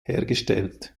hergestellt